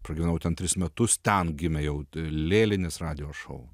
pragyvenau ten tris metus ten gimė jau lėlinis radijo šou